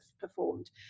performed